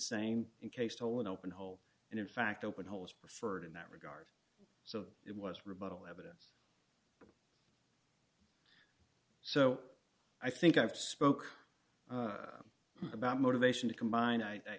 same in case told in open hole and in fact open hole is preferred in that regard so it was rebuttal evidence so i think i've spoke about motivation to combine i